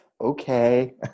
okay